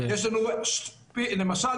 למשל,